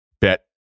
bet